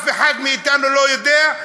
אף אחד מאתנו לא יודע,